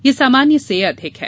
यह सामान्य से अधिक है